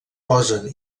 posen